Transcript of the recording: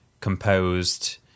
composed